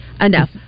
Enough